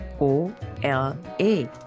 O-L-A